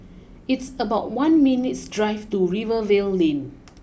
it's about one minutes stright to Rivervale Lane